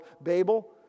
Babel